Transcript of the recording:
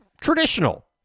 traditional